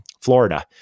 Florida